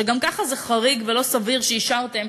שגם ככה זה חריג ולא סביר שאישרתם,